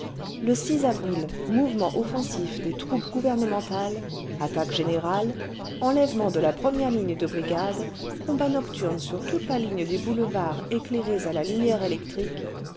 le avril mouvement offensif des troupes gouvernementales attaque générale enlèvement de la première ligne de barricades combat nocturne sur toute la ligne des boulevards éclairés à la lumière électrique